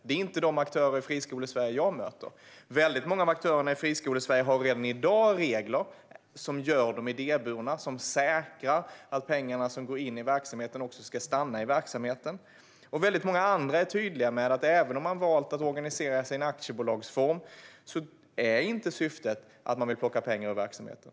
Det är inte sådana aktörer i Friskolesverige som jag möter. Väldigt många av dessa aktörer har redan i dag regler som gör dem idéburna, som säkrar att pengarna som går in i verksamheten också ska stanna där. Det finns väldigt många andra som är tydliga med att även om man valt att organisera sig i en aktiebolagsform är inte syftet att man vill plocka pengar ur verksamheten.